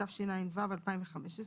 התשע"ו-2015,